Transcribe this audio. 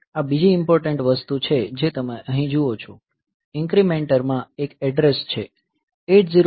આ બીજી ઇમ્પોર્ટટન્ટ વસ્તુ છે જે તમે અહીં જુઓ છો ઇન્ક્રીમેન્ટરમાં એક એડ્રેસ છે